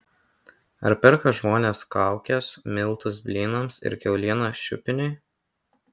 ar perka žmonės kaukes miltus blynams ir kiaulieną šiupiniui